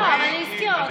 לא, אבל היא הזכירה אותו.